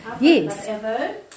yes